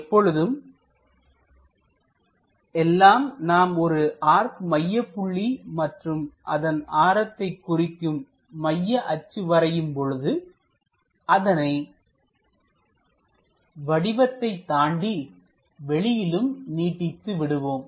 எப்பொழுது எல்லாம் நாம் ஒரு ஆர்க் மையப்புள்ளி மற்றும் அதன் ஆரத்தை குறிக்கும் மைய அச்சு வரையும் பொழுது அதனை வடிவத்தை தாண்டி வெளியிலும் நீட்டித்து விடுவோம்